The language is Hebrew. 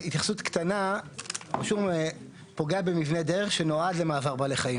התייחסות קטנה שוב פוגע במבנה דרך שנועד למעבר בעלי חיים,